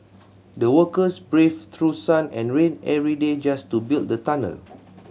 the workers braved through sun and rain every day just to build the tunnel